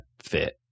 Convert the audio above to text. fit